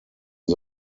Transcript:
ide